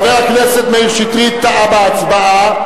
בעד התנגדות הממשלה,